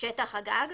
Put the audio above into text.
משטח הגג.